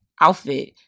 outfit